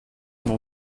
n’en